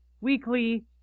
weekly